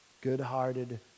good-hearted